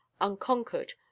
unconquered